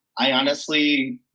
i honestly,